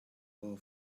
our